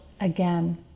again